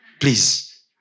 please